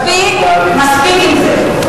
מספיק עם זה.